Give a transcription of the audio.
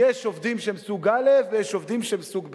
יש עובדים שהם סוג א' ויש עובדים שהם סוג ב',